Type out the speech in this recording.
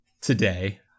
today